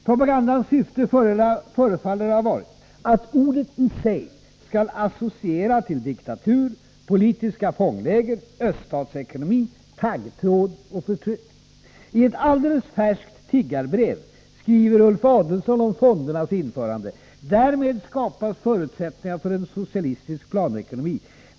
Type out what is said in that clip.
Propagandans syfte förefaller ha varit att ordet i sig skall associera till diktatur, politiska fångläger, öststatsekonomi, taggtråd och förtryck. I ett alldeles färskt tiggarbrev skriver Ulf Adelsohn om fondernas införande: ”Därmed skapas förutsättningarna för en socialistisk planekonomi.